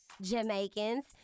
jamaicans